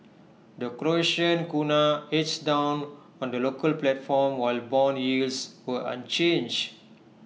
the Croatian Kuna edged down on the local platform while Bond yields were unchanged